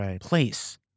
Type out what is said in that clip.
place